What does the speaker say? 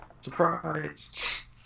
Surprise